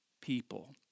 people